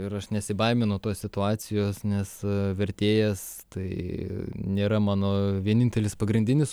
ir aš nesibaiminu tos situacijos nes vertėjas tai nėra mano vienintelis pagrindinis